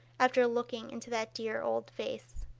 after looking into that dear old face.